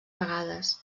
vegades